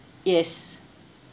yes